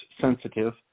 sensitive